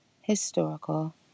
historical